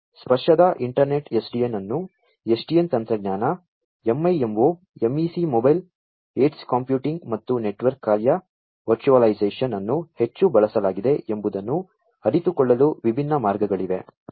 ಸ್ಪರ್ಶದ internet SDN ಅನ್ನು SDN ತಂತ್ರಜ್ಞಾನ MIMO MEC mobile edge computing ಮತ್ತು ನೆಟ್ವರ್ಕ್ ಕಾರ್ಯ ವರ್ಚುವಲೈಸೇಶನ್ ಅನ್ನು ಹೆಚ್ಚು ಬಳಸಲಾಗಿದೆ ಎಂಬುದನ್ನು ಅರಿತುಕೊಳ್ಳಲು ವಿಭಿನ್ನ ಮಾರ್ಗಗಳಿವೆ